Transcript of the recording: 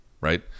right